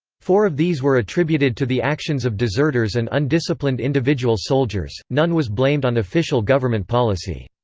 four of these were attributed to the actions of deserters and undisciplined individual soldiers none was blamed on official government policy.